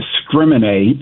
discriminate